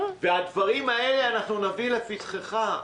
את הדברים האלה אנחנו נביא לפתחך.